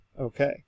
Okay